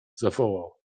zawołał